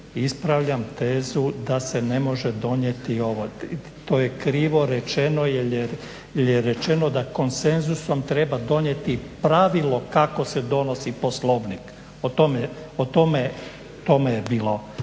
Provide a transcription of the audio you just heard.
ispravljam tezu da se ne može donijeti ovo, to je krivo rečeno jel je rečeno da konsenzusom treba donijeti pravilo kako se donosi poslovnik. O tome je bilo